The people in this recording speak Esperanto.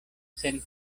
sen